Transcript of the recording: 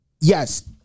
yes